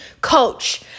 coach